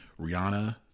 Rihanna